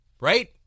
right